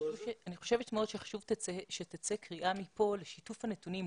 חושבת שחשוב מאוד שתצא קריאה מכאן לשיתוף הנתונים,